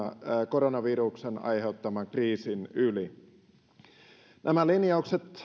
koronaviruksen aiheuttaman kriisin yli nämä linjaukset